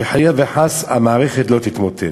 שחלילה וחס המערכת לא תתמוטט.